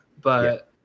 but-